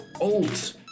old